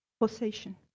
possession